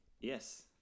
Yes